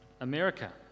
America